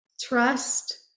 trust